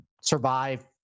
survive